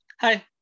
Hi